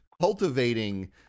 cultivating